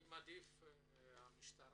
אני מעדיף שהמשטרה